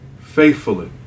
faithfully